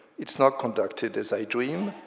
it's not conducted as i dream,